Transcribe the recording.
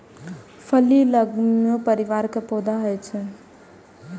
फली लैग्यूम परिवार के पौधा होइ छै